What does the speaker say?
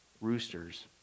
roosters